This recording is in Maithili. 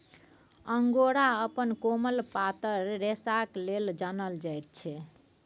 अंगोरा अपन कोमल पातर रेशाक लेल जानल जाइत छै